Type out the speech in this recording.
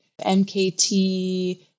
MKT